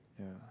yeah